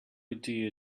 idea